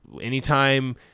anytime